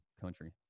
country